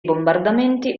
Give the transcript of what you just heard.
bombardamenti